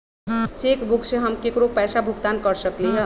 cheque book से हम केकरो पैसा भुगतान कर सकली ह